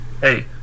Hey